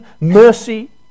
mercy